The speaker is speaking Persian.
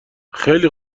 خیلی